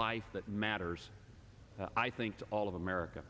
life that matters i think to all of america